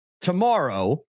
tomorrow